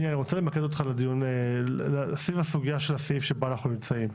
אני רוצה למקד אותך סביב סוגיית הסעיף שבו אנחנו עוסקים.